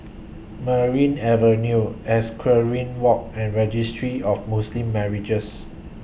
Merryn Avenue Equestrian Walk and Registry of Muslim Marriages